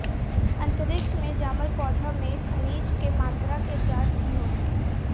अंतरिक्ष में जामल पौधा में खनिज के मात्रा के जाँच भी होला